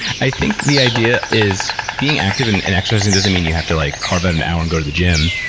i think the idea is, being active and and exercising doesn't mean you have to like carve out an hour and go to the gym.